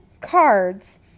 cards